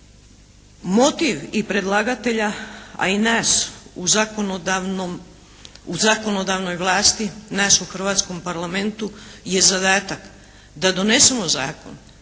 motiv i predlagatelja a i nas u zakonodavnoj vlasti, nas u hrvatskom Parlamentu je zadatak da donesemo zakon